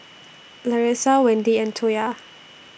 Larissa Wendi and Toya